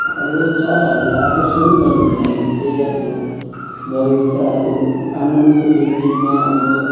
अब चराहरूलाई आकर्षण गर्नुको लागि चाहिँ अब बगैँचा अब आँगनको डिल डिलमा अब